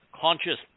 conscious